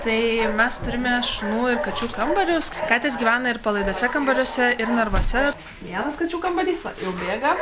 tai mes turime šunų ir kačių kambarius katės gyvena ir palaiduose kambariuose ir narvuose vienas kačių kambarys va jau bėga